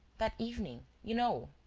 that evening. you know,